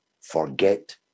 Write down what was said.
forget